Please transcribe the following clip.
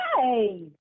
Hey